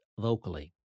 vocally